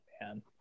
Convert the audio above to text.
man